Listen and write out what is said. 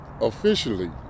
officially